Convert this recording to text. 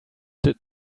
did